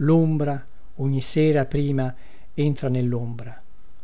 lombra ogni sera prima entra nellombra